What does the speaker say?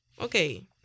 okay